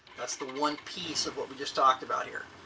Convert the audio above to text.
that's the one piece of what we just talked about here.